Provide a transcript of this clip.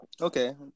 Okay